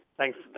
thanks